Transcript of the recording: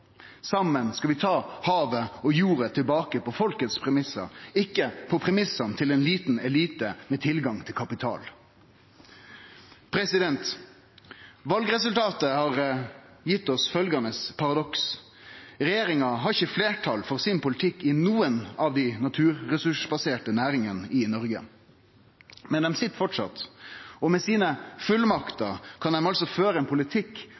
Saman skal vi ta havet og jorda tilbake på folkets premissar, ikkje på premissane til ein liten elite med tilgang til kapital. Valresultatet har gitt oss følgjande paradoks: Regjeringa har ikkje fleirtal for politikken sin i nokre av dei naturressursbaserte næringane i Noreg, men ho sit framleis, og med sine fullmakter kan ho altså føre ein politikk